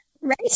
right